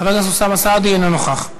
חבר הכנסת אוסאמה סעדי, אינו נוכח,